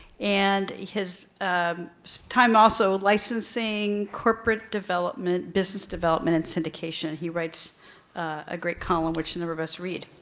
and his ah time also licensing, corporate development, business development and syndication, he writes a great column which a number of us read.